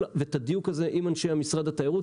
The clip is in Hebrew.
ואת הדיוק הזה עם אנשי משרד התיירות.